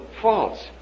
false